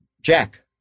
Jack